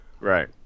Right